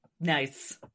Nice